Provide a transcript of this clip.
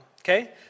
okay